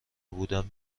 بودن